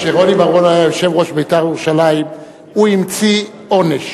כשרוני בר-און היה יושב-ראש "בית"ר ירושלים" הוא המציא עונש